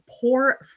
poor